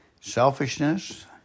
selfishness